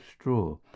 straw